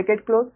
V 1